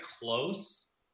close